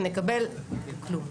ונקבל כלום.